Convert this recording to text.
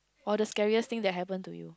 or the scariest thing that happen to you